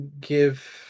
give